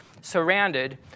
Surrounded